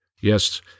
Yes